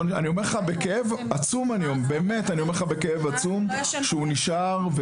אני אומר בכאב עצום שהוא נשאר,